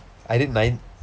I did nine